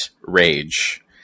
rage